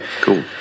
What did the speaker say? Cool